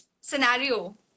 scenario